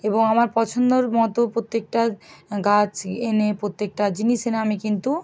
এবং আমার পছন্দর মতো প্রত্যেকটা গাছ এনে প্রত্যেকটা জিনিস এনে আমি কিন্তু